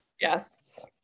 Yes